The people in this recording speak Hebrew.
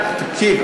תקשיב,